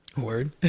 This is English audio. Word